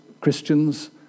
Christians